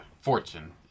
Fortune